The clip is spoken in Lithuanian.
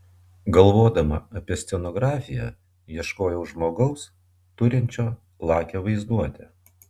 galvodama apie scenografiją ieškojau žmogaus turinčio lakią vaizduotę